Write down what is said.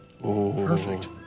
Perfect